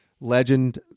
Legend